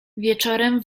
wieczorem